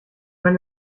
wenn